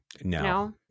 No